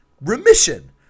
remission